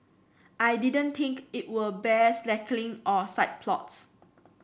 I didn't think it would bear slackening or side plots